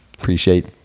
appreciate